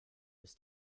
ist